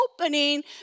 opening